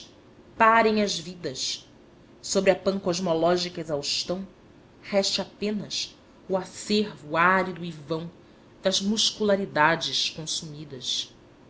parem as vidas sobre a pancosmológica exaustão reste apenas o acervo árido e vão das muscularidades consumidas